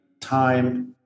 time